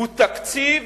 הוא תקציב